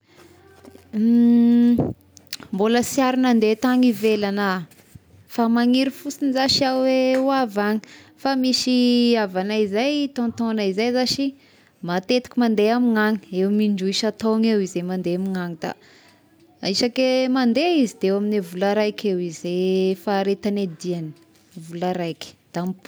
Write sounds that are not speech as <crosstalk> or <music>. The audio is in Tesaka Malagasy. <hesitation> <noise> Mbola siary nandeha tany ivelagny ah, fa magniry fosiny zashy ao hoe hoavy agny, fa misy havagnay izay tontognay zay zashy matetika magndeha amignany eo amy indroa isa-taogna eo izy magndeha amignany da isake mandeha izy de eo amin'gne vola raiky eo ze faharetagn'ny diagny, vola raiky da mipody.